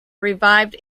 revived